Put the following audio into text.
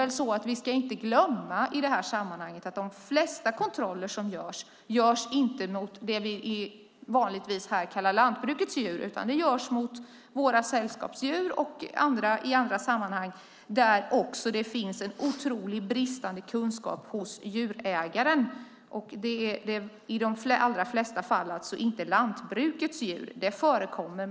Här ska vi väl inte glömma att de flesta kontrollerna inte görs avseende vad vi vanligtvis kallar för lantbrukets djur utan avseende våra sällskapsdjur och i andra sammanhang där också djurägarens kunskap är otroligt bristfällig. I de allra flesta fall gäller det alltså inte lantbrukets djur, även om också det förekommer.